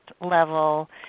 level